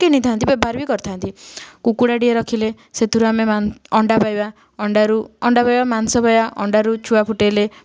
କିଣିଥାଆନ୍ତି ବ୍ୟବହାର ବି କରିଥାନ୍ତି କୁକୁଡ଼ାଟିଏ ରଖିଲେ ସେଥିରୁ ଆମେ ଅଣ୍ଡା ପାଇବା ଅଣ୍ଡାରୁ ଅଣ୍ଡା ପାଇବା ମାଂସ ପାଇବା ଅଣ୍ଡାରୁ ଛୁଆ ଫୁଟାଇଲେ